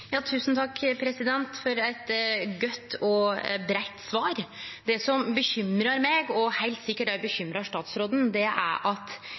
Tusen takk for eit godt og breitt svar. Det som bekymrar meg, og som heilt sikkert òg bekymrar statsråden, er at